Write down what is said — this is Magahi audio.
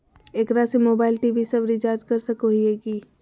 एकरा से मोबाइल टी.वी सब रिचार्ज कर सको हियै की?